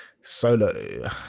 Solo